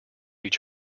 each